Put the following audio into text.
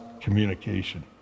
communication